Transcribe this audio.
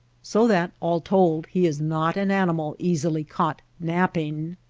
so that all told he is not an animal easily caught napping.